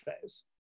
phase